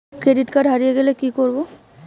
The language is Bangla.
ক্রেডিট কার্ড হারিয়ে গেলে কি করব?